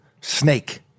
snake